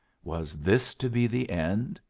was this to be the end?